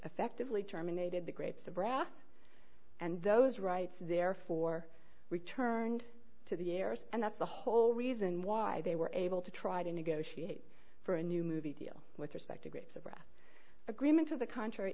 effectively terminated the grapes of wrath and those rights therefore returned to the heirs and that's the whole reason why they were able to try to negotiate for a new movie deal with respect to grapes of wrath agreement to the contra